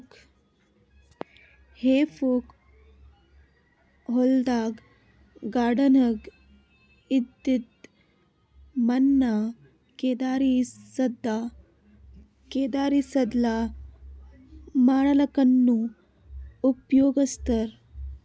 ಹೆಫೋಕ್ ಹೊಲ್ದಾಗ್ ಗಾರ್ಡನ್ದಾಗ್ ಇದ್ದಿದ್ ಮಣ್ಣ್ ಕೆದರಿ ಸಡ್ಲ ಮಾಡಲ್ಲಕ್ಕನೂ ಉಪಯೊಗಸ್ತಾರ್